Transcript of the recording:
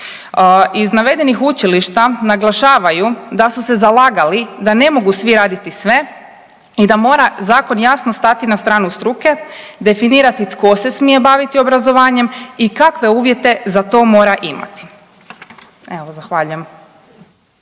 Iz navedenih učilišta naglašavaju da su se zalagali da ne mogu svi raditi sve i da mora zakon jasno stati na stranu struke, definirati tko se smije baviti obrazovanjem i kakve uvjete za to mora imati. Zahvaljujem.